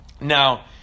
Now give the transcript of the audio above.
Now